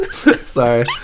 Sorry